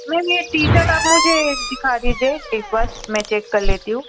ma'am यह T shirt आप मुझे दिखा दीजिए एक बार मैं चेक कर लेती हूँ